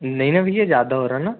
नहीं ना भईया ज़्यादा हो रहा ना